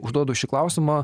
užduodu šį klausimą